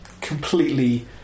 completely